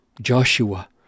Joshua